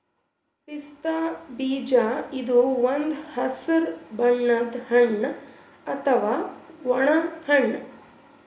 ಪಿಸ್ತಾ ಬೀಜ ಇದು ಒಂದ್ ಹಸ್ರ್ ಬಣ್ಣದ್ ಹಣ್ಣ್ ಅಥವಾ ಒಣ ಹಣ್ಣ್